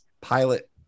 pilot